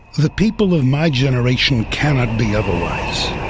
the people of my generation cannot be otherwise.